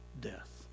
death